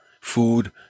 food